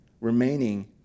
remaining